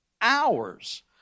Hours